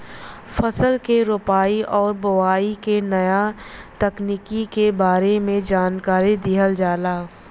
फसल के रोपाई आउर बोआई के नया तकनीकी के बारे में जानकारी दिहल जाला